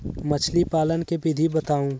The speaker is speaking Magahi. मछली पालन के विधि बताऊँ?